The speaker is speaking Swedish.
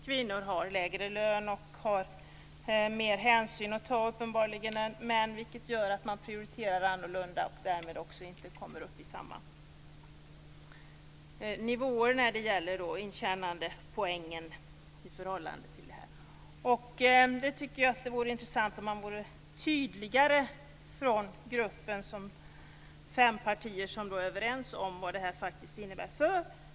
Kvinnor har lägre lön och har uppenbarligen mer hänsyn att ta än män, vilket gör att man prioriterar annorlunda och därmed inte heller kommer upp i samma nivåer när det gäller intjänandepoäng. Jag tycker att det vore intressant om man var tydligare från gruppen om fem partier som är överens om vad det här faktiskt innebär.